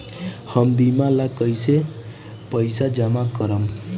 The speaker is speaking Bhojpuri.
हम बीमा ला कईसे पईसा जमा करम?